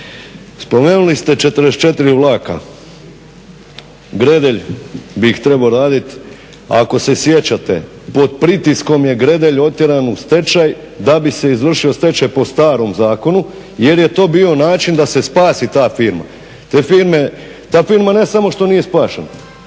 Spomenuli ste 44 vlaka, Gredelj bi ih trebao raditi. Ako se sjećate pod pritiskom je Gredelj otjeran u stečaj da bi se izvršio stečaj po starom zakonu jer je to bio način da se spasi ta firma. Ta firma ne samo što nije spašena